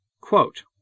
Quote